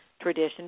tradition